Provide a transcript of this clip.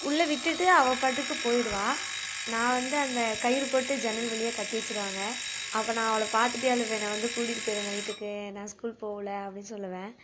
உள்ளே விட்டுட்டு அவள் பாட்டுக்கு போயிடுவாள் நான் வந்து அந்த கயிறு போட்டு ஜன்னல் வழியாக கட்டி வச்சிருவாங்க அப்போ நான் அவளை பார்த்துட்டே அழுவேன் என்னை வந்து கூட்டிட்டு போயிடுங்க வீட்டுக்கு நான் ஸ்கூல் போவுல அப்படின்னு சொல்லுவேன்